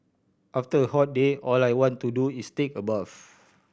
after a hot day all I want to do is take a bath